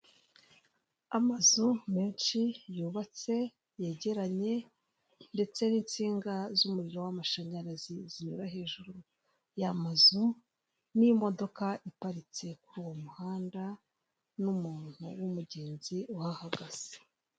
Amazu menshi yubatse yegeranye ndetse n'insinga z'umuriro w'amashanyarazi zinyura hejuru y'amazu n'imodoka iparitse kuri uwo muhanda n'umuntu w'umugenzi uhagaze.